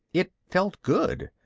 it felt good.